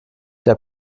der